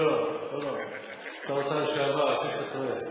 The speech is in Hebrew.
לא לא, שר האוצר לשעבר, אני חושב שאתה טועה.